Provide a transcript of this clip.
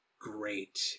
great